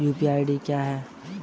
UPI क्या है?